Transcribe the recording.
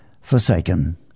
forsaken